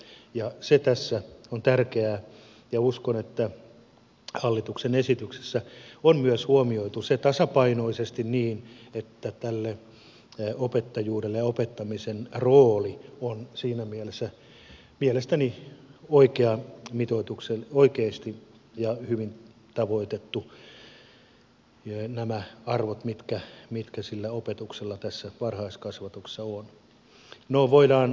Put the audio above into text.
se tässä on tärkeää ja uskon että hallituksen esityksessä on myös huomioitu se tasapainoisesti niin että tämä opettajuus ja opettamisen rooli on siinä mielessä mielestäni oikeasti ja hyvin tavoitettu ja nämä arvot mitkä sillä opetuksella tässä varhaiskasvatuksessa ovat